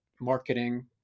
marketing